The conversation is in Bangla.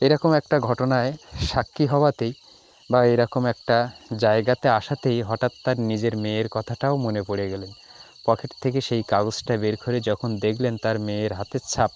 এরকম একটা ঘটনায় সাক্ষী হওয়াতেই বা এই রকম একটা জায়গাতে আসাতেই হঠাৎ তার নিজের মেয়ের কথাটাও মনে পড়ে গেল পকেট থেকে সেই কাগজটা বের করে যখন দেখলেন তার মেয়ের হাতের ছাপ